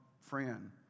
friend